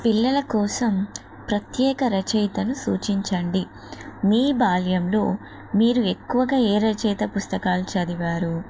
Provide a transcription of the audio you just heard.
పిల్లల కోసం ప్రత్యేక రచయితను సూచించండి మీ బాల్యంలో మీరు ఎక్కువగా ఏ రచయిత పుస్తకాలు చదివారు